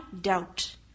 Doubt